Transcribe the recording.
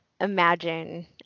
imagine